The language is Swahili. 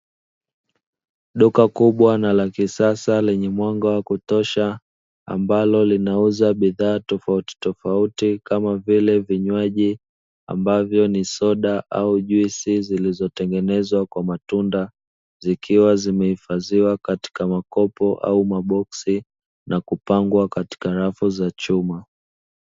Duka kubwa na la kisasa lenye mwanga wa kutosha ambalo linauza bidhaa tofautitofauti kama vile vinywaji ambavyo ni soda au juisi zilizo tengenezwa kwa matunda, zikiwa zimehifadhiwa katika makopo au maboksi na kupangwa katika rafu za chuma.